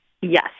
Yes